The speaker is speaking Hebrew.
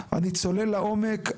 אני צולל לעומק,